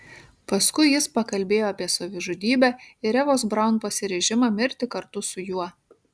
paskui jis pakalbėjo apie savižudybę ir evos braun pasiryžimą mirti kartu su juo